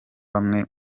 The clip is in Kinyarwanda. bamwe